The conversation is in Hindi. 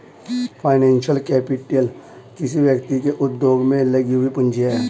फाइनेंशियल कैपिटल किसी व्यक्ति के उद्योग में लगी हुई पूंजी है